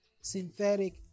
synthetic